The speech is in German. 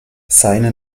seine